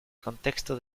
contexto